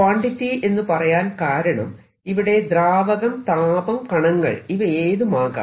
quantity എന്ന് പറയാൻ കാരണം ഇവിടെ ദ്രാവകം താപം കണങ്ങൾ ഇവയേതുമാകാം